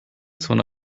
zone